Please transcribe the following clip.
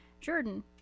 Jordan